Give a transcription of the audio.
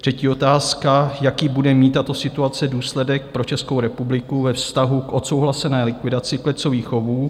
Třetí otázka: Jaký bude mít tato situace důsledek pro Českou republiku ve vztahu k odsouhlasené likvidaci klecových chovů?